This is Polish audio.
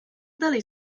dalej